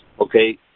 okay